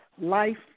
life